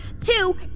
two